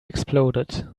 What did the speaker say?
exploded